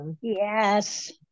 Yes